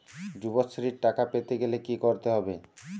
যুবশ্রীর টাকা পেতে গেলে কি করতে হবে?